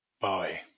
Bye